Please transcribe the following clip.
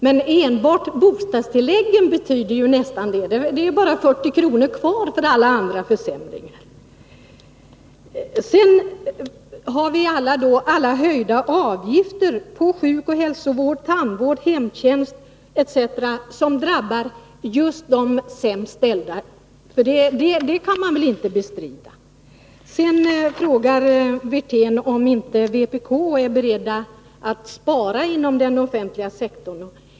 Men den försämringen får de ju enbart genom de ändrade bostadstilläggen. Det är bara 40 kr. kvar på tusenlappen för alla andra försämringar. Sedan har vi alla höjda avgifter på sjukoch hälsovård, tandvård, hemtjänst etc. som drabbar just de sämst ställda. Detta kan man väl inte bestrida? Sedan frågar Rolf Wirtén om inte vi inom vpk är beredda att spara inom den offentliga sektorn.